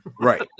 Right